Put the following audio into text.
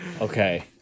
Okay